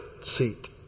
seat